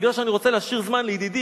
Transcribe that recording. מכיוון שאני רוצה להשאיר זמן לידידי,